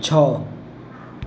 છ